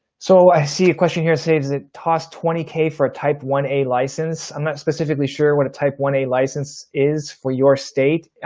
so i see a question here, say, does it toss twenty k for a type one, a license? i'm not specifically sure. what a type one, a license is for your state.